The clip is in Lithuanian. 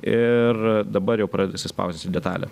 ir dabar jau pradeda jisai suspaudinti detalę